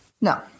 No